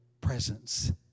presence